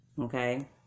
Okay